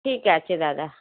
ঠিক আছে দাদা